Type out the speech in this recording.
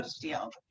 deal